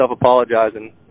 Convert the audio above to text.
apologizing